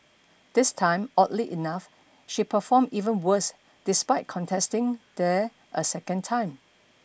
this time oddly enough she performed even worse despite contesting there a second time